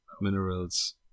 minerals